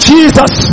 Jesus